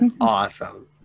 awesome